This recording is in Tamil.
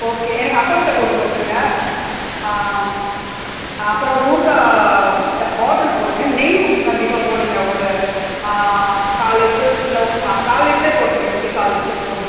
ஓகே எனக்கு அப்பளக் கட்டு ஒன்று போட்டிருங்க அப்புறம் ஊறுகாய் ட பாட்டில் போடுங்க நெய் கண்டிப்பாக போடுங்க ஒரு கால் லிட்ரு இல்லை கால் லிட்ரே போட்டிருங்க இப்போதிக்கு கால் லிட்ரு போதும்